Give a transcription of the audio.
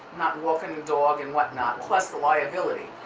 not walking the dog and whatnot, plus the liability,